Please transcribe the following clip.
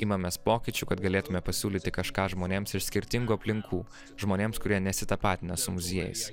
imamės pokyčių kad galėtume pasiūlyti kažką žmonėms iš skirtingų aplinkų žmonėms kurie nesitapatina su muziejais